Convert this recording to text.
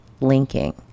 linking